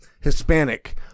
Hispanic